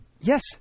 Yes